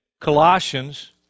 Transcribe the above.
Colossians